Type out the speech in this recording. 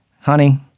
honey